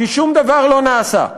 כי שום דבר לא נעשה.